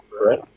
right